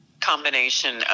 combination